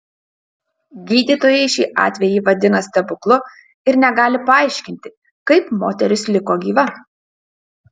gydytojai šį atvejį vadina stebuklu ir negali paaiškinti kaip moteris liko gyva